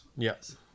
Yes